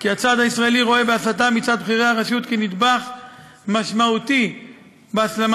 שהצד הישראלי רואה בהסתה מצד בכירי הרשות נדבך משמעותי בהסלמה